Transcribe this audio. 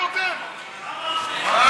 אנחנו צריכים לטפל בנושא של כל מפעלי מע"ש,